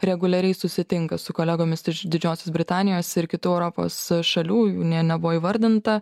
reguliariai susitinka su kolegomis iš didžiosios britanijos ir kitų europos šalių jų nė nebuvo įvardinta